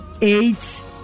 Eight